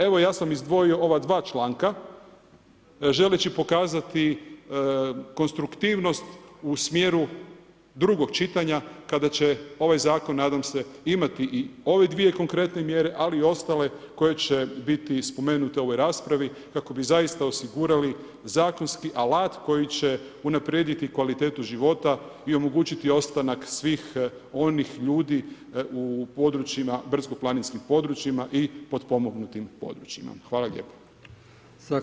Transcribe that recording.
Evo ja sam izdvojio ova dva članka želeći pokazati konstruktivnost u smjeru drugog čitanja kada ć ovaj zakon se nadam se, imati i ove dvije konkretne mjere ali i ostale koje će biti spomenute u ovoj raspravi kako bi zaista osigurali zakonski alat koji će unaprijediti kvalitetu života i omogućiti ostanak svih onih ljudi u brdsko-planinskim područja i potpomognutim područjima.